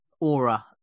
aura